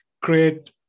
create